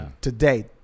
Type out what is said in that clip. Today